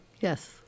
Yes